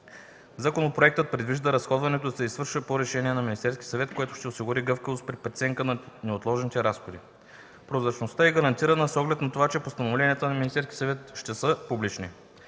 Законопроектът предвижда разходването да се извършва по решение на Министерския съвет, който ще осигури гъвкавост при преценката на неотложните разходи. Прозрачността е гарантирана с оглед на това, че постановленията на Министерския съвет ще са публични.